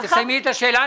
תסיימי את השאלה.